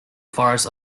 forest